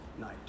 night